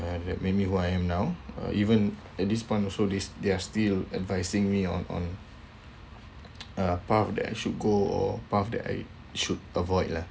and it made me who I am now or even at this point also this they're still advising me on on a path that I should go or path that I should avoid lah